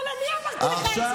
אבל אני אמרתי לך את זה.